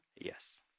Yes